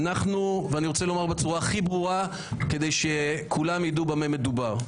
ואני רוצה לומר בצורה הכי ברורה כדי שכולם ידעו במה מדובר: